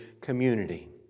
community